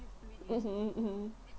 mmhmm hmm